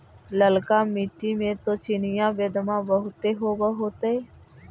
ललका मिट्टी मे तो चिनिआबेदमां बहुते होब होतय?